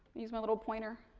use my little pointer,